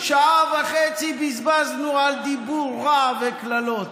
שעה וחצי בזבזנו על דיבור רע וקללות.